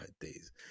days